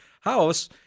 house